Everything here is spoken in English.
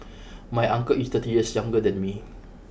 my uncle is thirty years younger than me